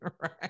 right